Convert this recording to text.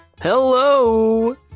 Hello